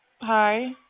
Hi